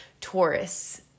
taurus